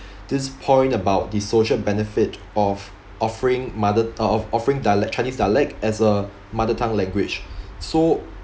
this point about the social benefit of offering mother uh of offering dialect chinese dialect as a mother tongue language so